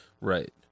Right